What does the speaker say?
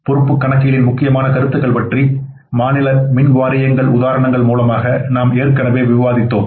பொறுப்பு கணக்கியலின் முக்கியமான கருத்துக்கள் பற்றி மாநில மின் வாரியங்களின் உதாரணங்கள் மூலமாக நாம் ஏற்கனவே விவாதித்தோம்